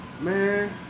man